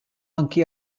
anke